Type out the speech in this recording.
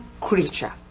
creature